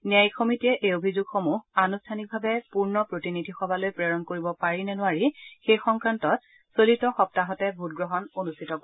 ন্যায়িক সমিতিয়ে এই অভিযোগসমূহ আনুষ্ঠানিকভাৱে পূৰ্ণ প্ৰতিনিধ সভালৈ প্ৰেৰণ কৰিব পাৰি নে নোৱাৰি সেই সংক্ৰান্তত চলিত সপ্তাহতে ভোটগ্ৰহণ অনুষ্ঠিত কৰিব